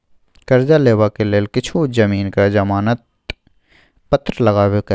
करजा लेबाक लेल किछु जमीनक जमानत पत्र लगबे करत